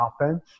offense